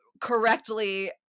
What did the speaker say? Correctly